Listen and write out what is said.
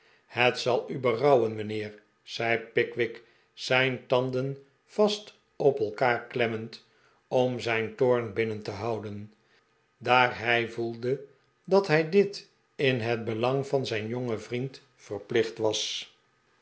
het zal u berouwen mijnheer zei pickwick zijn tanden vast op elkaar klemmend om zijn toorn binnen te houdeh daar hij voelde dat hij dit in het belang van zijn jongen vriend verplicht was